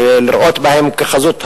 ולראות בהם חזות הכול,